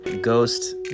ghost